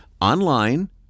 online